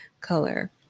color